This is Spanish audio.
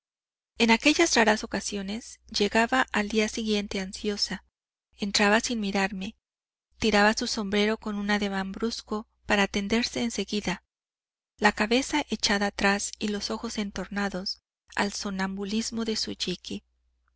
en aquellas raras ocasiones llegaba al día siguiente ansiosa entraba sin mirarme tiraba su sombrero con un ademán brusco para tenderse en seguida la cabeza echada atrás y los ojos entornados al sonambulismo de su